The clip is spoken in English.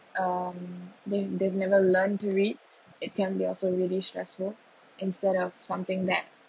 um they've they've never learned to read it can be also really stressful instead of something that